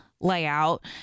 layout